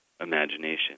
imagination